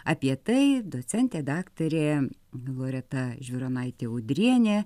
apie tai docentė daktarė loreta žvironaitė udrienė